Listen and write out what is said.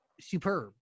superb